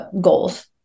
goals